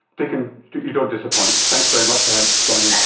dicken, you don't disappoint, thanks very much for joining